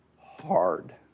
hard